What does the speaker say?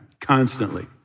Constantly